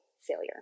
failure